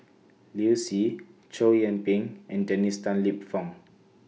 Liu Si Chow Yian Ping and Dennis Tan Lip Fong